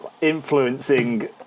influencing